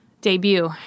debut